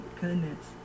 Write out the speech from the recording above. goodness